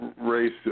race